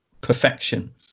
perfection